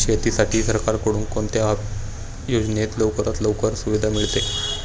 शेतीसाठी सरकारकडून कोणत्या योजनेत लवकरात लवकर सुविधा मिळते?